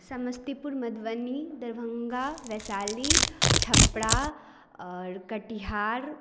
समस्तीपुर मधुबनी दरभंगा वैशाली छपरा और कटिहार